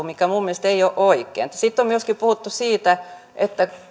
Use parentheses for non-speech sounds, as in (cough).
(unintelligible) mikä minun mielestäni ei ole oikein sitten on myöskin puhuttu siitä että